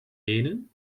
lenen